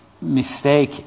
mistake